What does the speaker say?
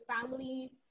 family